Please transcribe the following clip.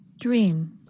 Dream